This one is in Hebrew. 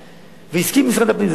והסכים עם משרד הפנים.